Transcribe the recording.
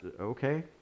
Okay